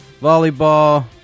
Volleyball